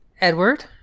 Edward